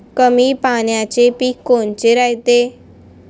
कमी पाण्याचे पीक कोनचे रायते?